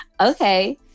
Okay